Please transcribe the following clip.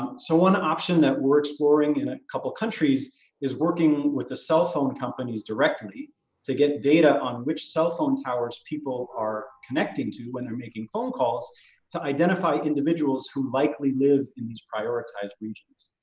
so one option that we're exploring in a couple of countries is working with the cell phone companies directly to get data on which cell phone towers people are connecting to when they're making phone calls to identify individuals who likely live in these prioritized regions.